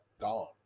gone